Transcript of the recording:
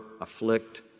afflict